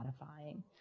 modifying